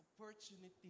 opportunity